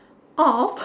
of